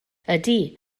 ydy